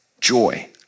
joy